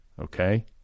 Okay